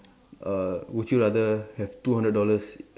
err would you rather have two hundred dollars